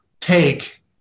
take